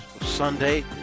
Sunday